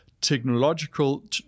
technological